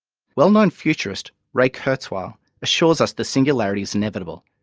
well known futurist ray kurzweil assures us the singularity is inevitable,